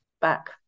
back